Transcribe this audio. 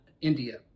India